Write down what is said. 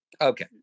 okay